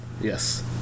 Yes